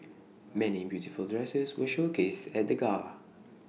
many beautiful dresses were showcased at the gala